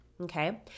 okay